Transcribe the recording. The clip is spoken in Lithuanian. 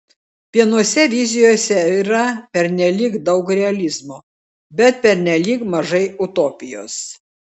vienose vizijose yra pernelyg daug realizmo bet pernelyg mažai utopijos